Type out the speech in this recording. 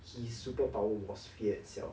his superpower was fear itself